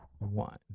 One